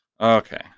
Okay